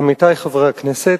עמיתי חברי הכנסת,